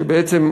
שבעצם,